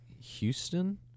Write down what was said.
Houston